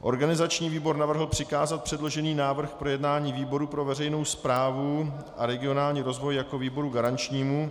Organizační výbor navrhl přikázat předložený návrh k projednání výboru pro veřejnou správu a regionální rozvoj jako výboru garančnímu.